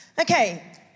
Okay